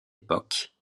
époque